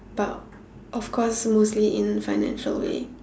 but of course mostly in financial way